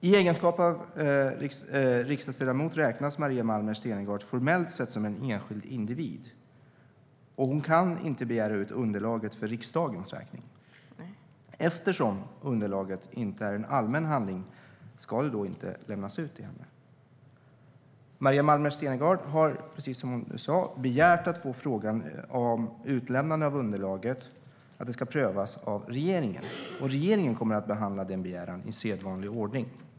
I egenskap av riksdagsledamot räknas Maria Malmer Stenergard formellt sett som en enskild individ, och hon kan inte begära ut underlaget för riksdagens räkning. Eftersom underlaget inte är en allmän handling ska det inte lämnas ut till henne. Maria Malmer Stenergard har precis som hon sa begärt att få frågan om utlämnande av underlaget prövad av regeringen, och regeringen kommer att behandla den begäran i sedvanlig ordning.